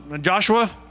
Joshua